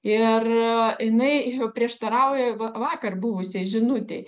ir jinai prieštarauja va vakar buvusiai žinutei